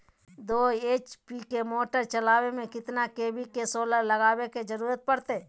दो एच.पी के मोटर चलावे ले कितना के.वी के सोलर लगावे के जरूरत पड़ते?